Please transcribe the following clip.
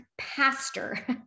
pastor